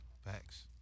facts